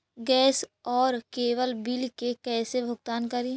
Gas और cable bill के कैसे भुगतान करी?